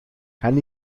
kann